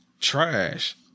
trash